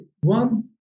one